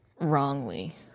wrongly